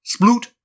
Sploot